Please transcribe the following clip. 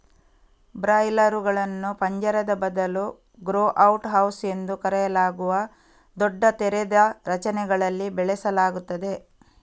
ಬ್ರಾಯ್ಲರುಗಳನ್ನು ಪಂಜರದ ಬದಲು grow out house ಎಂದು ಕರೆಯಲಾಗುವ ದೊಡ್ಡ ತೆರೆದ ರಚನೆಗಳಲ್ಲಿ ಬೆಳೆಸಲಾಗುತ್ತದೆ